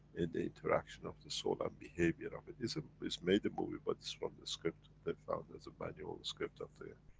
in the interaction of the soul, and behavior of it. it's a, it's made a movie but it's from the script, they found as a manual script of the,